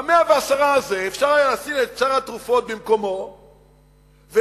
ב-110 האלה אפשר היה לשים את סל התרופות במקומו ולפתוח